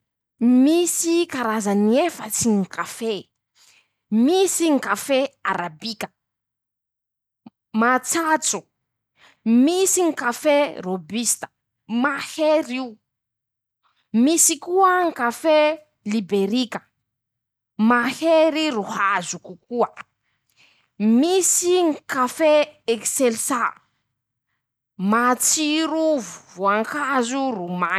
Misy karazany efatsy ñy kafe: -Misy ñy kafe arabika. matsatso. -Misy ñy kafe rôbista, mahery io. -Misy koa ñy kafe liberika. mahery ro hazo koa. -Misy ñy kafe exèlsa. matsiro voankazo ro mañitse.